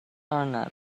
arnav